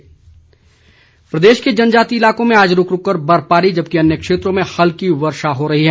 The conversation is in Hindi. मौसम प्रदेश के जनजातीय इलाकों में आज रूक रूक कर बर्फबारी जबकि अन्य क्षेत्रों में हल्की वर्षा हो रही है